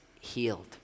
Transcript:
healed